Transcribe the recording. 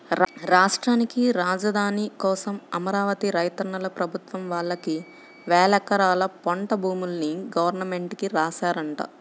రాష్ట్రానికి రాజధాని కోసం అమరావతి రైతన్నలు ప్రభుత్వం వాళ్ళకి వేలెకరాల పంట భూముల్ని గవర్నమెంట్ కి రాశారంట